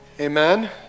Amen